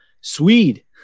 Swede